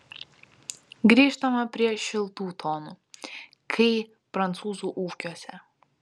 grįžtama prie šiltų tonų kai prancūzų ūkiuose